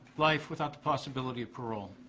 life without the possibility of parole.